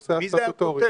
הנושא הסטטוטורי.